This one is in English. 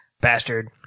bastard